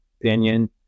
opinion